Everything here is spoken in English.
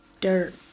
dirt